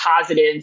positive